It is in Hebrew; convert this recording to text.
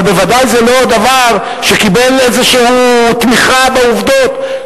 אבל בוודאי זה לא דבר שקיבל איזושהי תמיכה בעובדות,